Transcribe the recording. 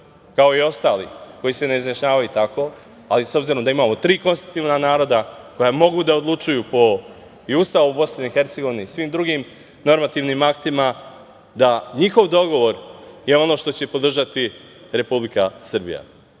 kao i ostali koji se ne izjašnjavaju tako, ali s obzirom da imamo tri klasativna naroda koja mogu da odlučuju po Ustavu i Bosni i Hercegovini i svim drugim normativnim aktima, da njihov dogovor je ono što će podržati Republika Srbija.